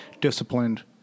Disciplined